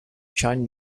chan